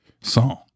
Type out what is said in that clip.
song